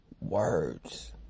words